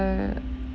err